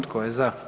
Tko je za?